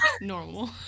normal